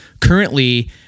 currently